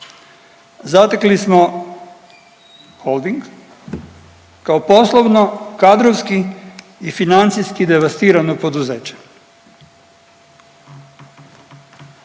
Zatekli smo Holding kao poslovno, kadrovski i financijski devastirano poduzeće.